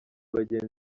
bagenzi